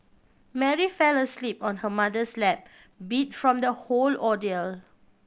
Mary fell asleep on her mother's lap beat from the whole ordeal